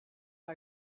who